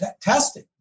testing